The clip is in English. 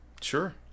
Sure